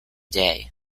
day